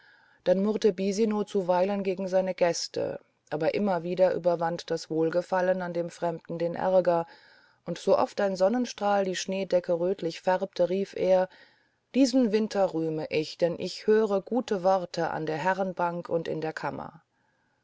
dann murrte bisino zuweilen gegen seine gäste aber immer wieder überwand das wohlgefallen an dem fremden den ärger und sooft ein sonnenstrahl die schneedecke rötlich färbte rief er diesen winter rühme ich denn ich höre gute worte an der herrenbank und in der kammer